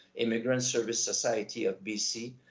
immigrant services society of bc,